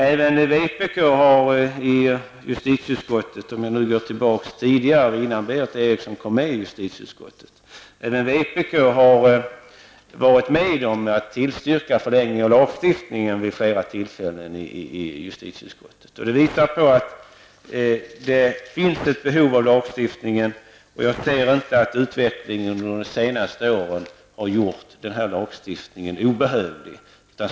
Även vpk har i justitieutskottet -- om jag går tillbaka till tiden innan Berith Eriksson kom med i utskottet -- vid flera tillfällen varit med om att tillstyrka förlängning av lagstiftningen. Det visar på att det finns ett behov av denna lagstiftning och jag ser inte att utvecklingen under de senaste åren har gjort den obehövlig.